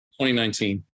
2019